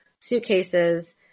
suitcases